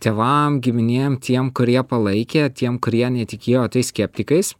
tėvam giminėm tiem kurie palaikė tiem kurie netikėjo tais skeptikais